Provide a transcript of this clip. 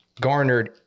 garnered